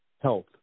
health